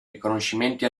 riconoscimenti